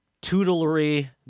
tutelary